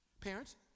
Parents